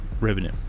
revenue